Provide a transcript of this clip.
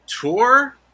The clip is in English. Tour